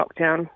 lockdown